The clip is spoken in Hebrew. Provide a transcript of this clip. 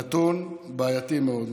נתון בעייתי מאוד.